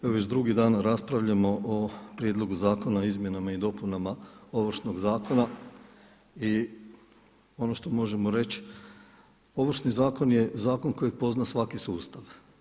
Evo već drugi dan raspravljamo o Prijedlogu zakona o izmjenama i dopunama Ovršnog zakona i ono što možemo reći Ovršni zakon je zakon kojeg pozna svaki sustav.